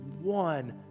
one